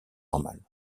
normales